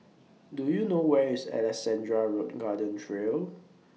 Do YOU know Where IS Alexandra Road Garden Trail